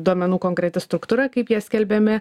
duomenų konkreti struktūra kaip jie skelbiami